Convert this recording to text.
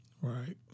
Right